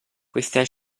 questa